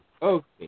Okay